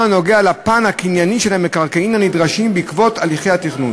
הנוגע לפן הקנייני של המקרקעין הנדרשים בעקבות הליכי התכנון.